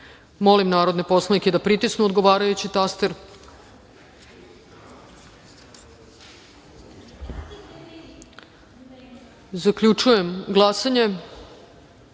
narodne poslanike da pritisnu odgovarajući taster. Zaključujem glasanje: